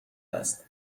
است